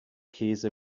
käse